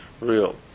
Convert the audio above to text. Real